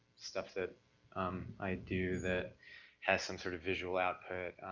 stuff that i do that has some sort of visual output.